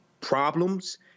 problems